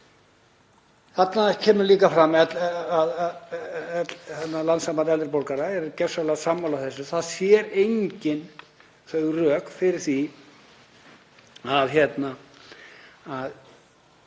Þarna kemur líka fram að Landssamband eldri borgara er gjörsamlega sammála þessu. Það sér enginn rök fyrir því að